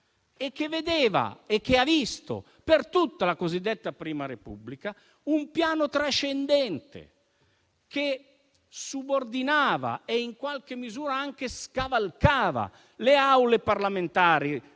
e che vedeva e ha visto per tutta la cosiddetta Prima Repubblica un piano trascendente, che subordinava e in qualche misura scavalcava anche le Aule parlamentari